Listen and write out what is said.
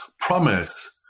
promise